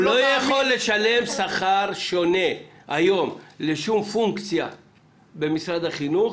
לא יכול לשלם שכר שונה לשום פונקציה במשרד החינוך